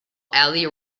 ali